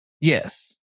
Yes